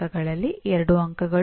ಪರಿಣಾಮ ಏನಿರಬೇಕೆಂದು ಮಾತ್ರ ಹೇಳುತ್ತದೆ